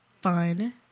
fun